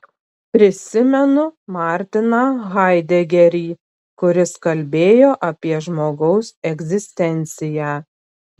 prisimenu martiną haidegerį kuris kalbėjo apie žmogaus egzistenciją